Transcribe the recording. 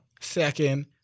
second